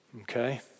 Okay